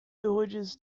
villages